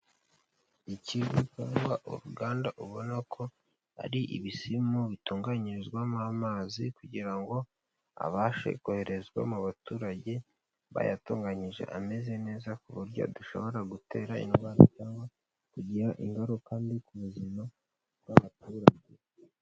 Ikivu cyangwa uruganda ubona ko ari ibisimu bitunganyirizwamo amazi kugira ngo abashe koherezwa mu baturage bayatunganyije ameze neza, ku buryo adashobora gutera indwara cyangwa kugira ingaruka mbi ku buzima bw'abaturage.